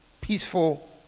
peaceful